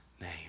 name